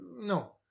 no